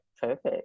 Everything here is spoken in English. Perfect